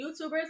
youtubers